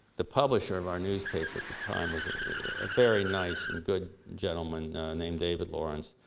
the publisher of our newspaper at the time was a very nice and good gentleman named david lawrence.